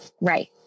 right